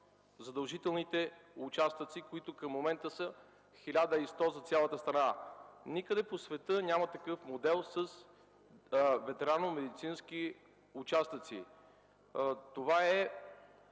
задължителните участъци, които към момента са 1100 за цялата страна. Никъде по света няма такъв модел с ветеринарномедицински участъци. Това е